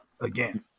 again